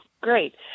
Great